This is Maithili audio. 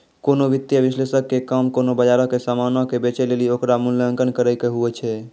कोनो वित्तीय विश्लेषक के काम कोनो बजारो के समानो के बेचै लेली ओकरो मूल्यांकन करै के होय छै